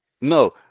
No